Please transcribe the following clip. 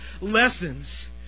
lessons